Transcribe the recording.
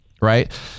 Right